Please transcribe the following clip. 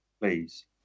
please